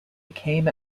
became